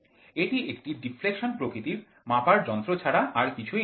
এটি একটি ডিফ্লেশন প্রকৃতির মাপার যন্ত্র ছাড়া কিছুই নয়